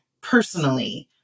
personally